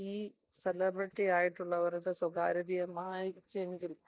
ഈ സെലിബ്രിറ്റി ആയിട്ടുള്ളവരുടെ സ്വകാര്യതയെ മാനിച്ചെങ്കിൽ